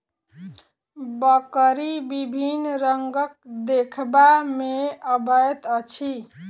बकरी विभिन्न रंगक देखबा मे अबैत अछि